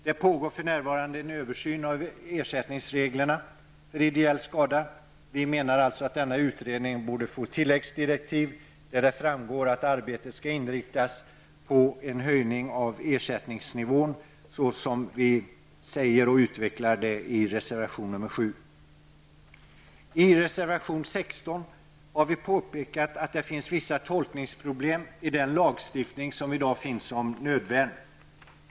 Det pågår för närvarande en översyn av ersättningsreglerna för ideell skada. Vi menar alltså att denna utredning borde få tilläggsdirektiv, där det framgår att arbetet skall inriktas på en höjning av ersättningsnivån, så som vi säger i reservation 7. I reservaton 16 har vi pekat på att det finns vissa tolkningsproblem i den lagstiftning som i dag gäller om nödvärn.